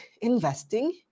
investing